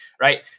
Right